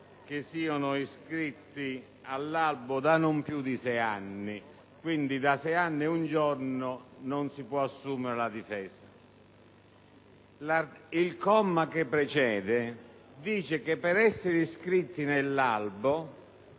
che siano iscritti all'albo da non più di sei anni: quindi, da sei anni e un giorno non si può assumere la difesa. Il comma che precede stabilisce che per essere iscritti nell'albo